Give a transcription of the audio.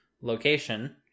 location